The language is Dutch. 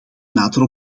nader